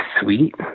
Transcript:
sweet